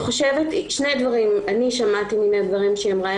שני דברים אני שמעתי מן הדברים שהיא אמרה.